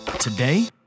today